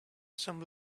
some